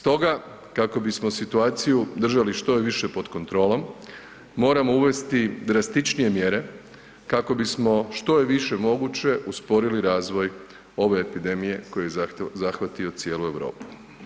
Stoga kako bismo situaciju držali što je više pod kontrolom moramo uvesti drastičnije mjere kako bismo što je više moguće usporili razvoj ove epidemije koju je zahvatio cijelu Europu.